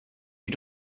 you